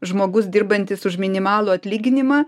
žmogus dirbantis už minimalų atlyginimą